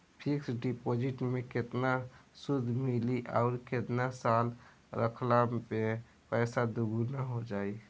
Fix deposit मे केतना सूद मिली आउर केतना साल रखला मे पैसा दोगुना हो जायी?